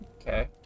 Okay